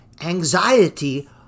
anxiety